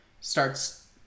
starts